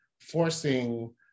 forcing